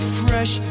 fresh